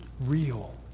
real